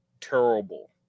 terrible